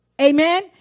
Amen